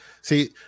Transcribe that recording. See